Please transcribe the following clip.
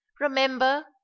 remember